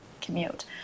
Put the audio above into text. commute